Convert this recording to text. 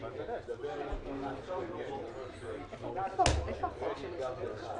דיברנו על זה באריכות בדיון הקודם,